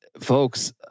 folks